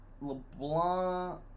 LeBlanc